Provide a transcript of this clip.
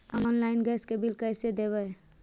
Online gas के bill कैसे देबै?